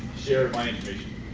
share my information.